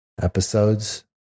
episodes